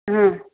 ಹಾಂ